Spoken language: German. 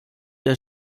der